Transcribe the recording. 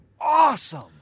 Awesome